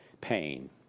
pain